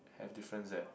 have difference eh